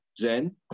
Zen